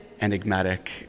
enigmatic